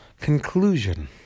conclusion